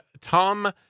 Tom